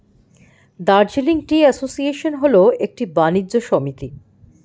Darjeeling tea association হল একটি বাণিজ্য সমিতি